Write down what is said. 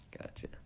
Gotcha